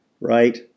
right